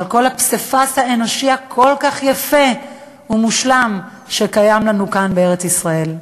על כל הפסיפס האנושי הכל-כך יפה ומושלם שקיים לנו כאן בארץ-ישראל.